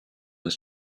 his